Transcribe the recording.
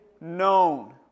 known